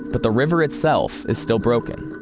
but the river itself is still broken.